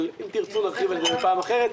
אבל אם תרצו נרחיב על זה בפעם אחרת,